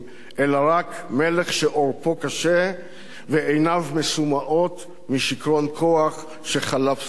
אלא רק מלך שעורפו קשה ועיניו מסומאות משיכרון כוח שחלף זמנו.